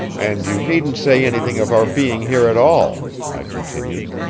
and you needn't say anything of our being here at all, i continued.